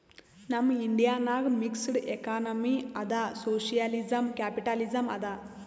ನಮ್ ಇಂಡಿಯಾ ನಾಗ್ mixed economy ಅದಾ ಸೋಶಿಯಲಿಸಂ, ಕ್ಯಾಪಿಟಲಿಸಂ ಅದಾ